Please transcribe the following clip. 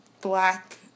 black